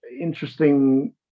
interesting